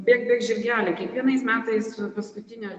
bėk bėk žirgeli kiekvienais metais paskutinio